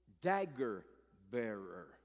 dagger-bearer